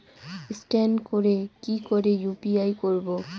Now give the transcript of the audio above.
Scan করে কি করে ইউ.পি.আই করবো?